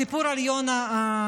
הסיפור הוא על יונה הנביא,